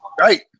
right